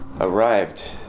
arrived